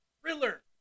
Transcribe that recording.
Thriller